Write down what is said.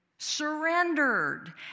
surrendered